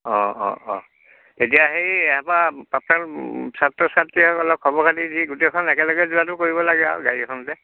অঁ অঁ অঁ এতিয়া হেৰি ইয়াৰপৰা প্ৰাক্তন ছাত্ৰ ছাত্ৰীসকলক খবৰ খাতি দি গোটেইখন একেলগে যোৱাটো কৰিব লাগে আৰু গাড়ী এখনতে